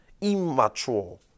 immature